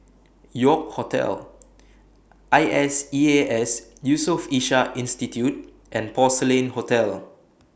York Hotel I S E A S Yusof Ishak Institute and Porcelain Hotel